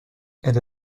elle